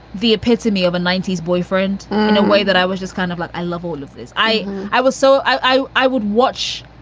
the epitome of a ninety s boyfriend. in a way that i was just kind of like, i love all of this. i, i was. so i i would watch.